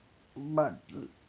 but um